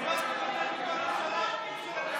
וקידום קהילתי נתקבלה.